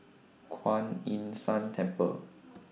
Kuan Yin San Temple